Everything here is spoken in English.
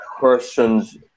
persons